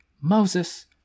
Moses